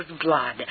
blood